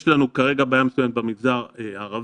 יש לנו כרגע בעיה מסוימת במגזר הערבי.